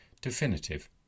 definitive